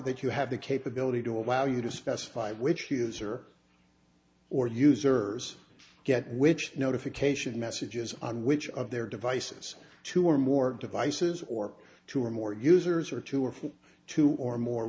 that you have the capability to allow you to specify which he has or or users get which notification messages on which of their devices two or more devices or two or more users or two or four two or more